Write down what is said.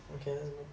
okay let's go